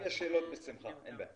אם יש שאלות, בשמחה, אין בעיה.